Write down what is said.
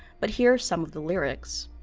but here are some of the lyrics.